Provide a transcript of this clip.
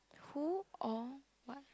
who or what